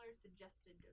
suggested